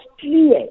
clear